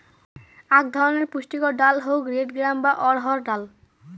আক ধরণের পুষ্টিকর ডাল হউক রেড গ্রাম বা অড়হর ডাল